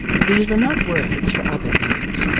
these were not words for other ears,